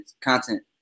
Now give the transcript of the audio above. content